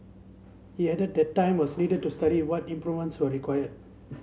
he added that time was needed to study what improvements were required